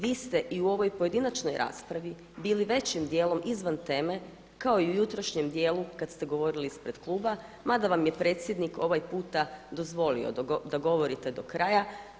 Vi ste i u ovoj pojedinačnoj raspravi bili većim djelom izvan teme kao i u jutrošnjem dijelu kad ste govorili ispred kluba mada vam je predsjednik ovaj puta dozvolio da govorite do kraja.